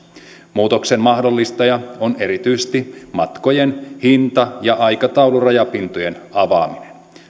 muutoksen mahdollistaja on erityisesti matkojen hinta ja aikataulurajapintojen avaaminen